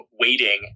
waiting